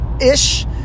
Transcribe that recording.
ish